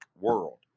world